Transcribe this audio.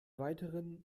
weiteren